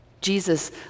Jesus